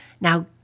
Now